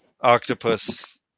Octopus